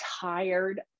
tired